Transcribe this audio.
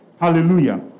Hallelujah